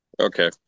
Okay